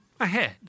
ahead